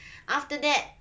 after that